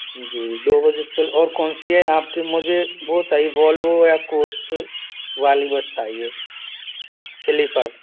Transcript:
जी दो बजे से फिर और कौनसी है आपकी मुझे वो चाहिए वॉल्वो या कोच वाली बस चाहिए सलीपर